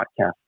podcast